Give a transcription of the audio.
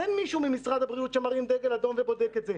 אין מישהו ממשרד הבריאות שמרים דגל אדום ובודק את זה.